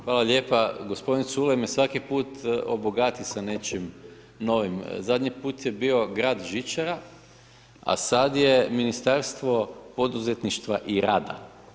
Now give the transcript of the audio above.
Hvala lijepa, gospodin Culej me svaki put obogati sa nečim novim, zadnji put je bio grad žičara, a sad je Ministarstvo poduzetništva i rada.